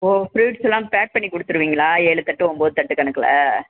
ஓ ஃப்ரூட்ஸெலாம் பேக் பண்ணிக் கொடுத்துருவீங்களா ஏழு தட்டு ஒம்பது தட்டு கணக்கில்